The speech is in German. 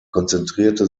konzentrierte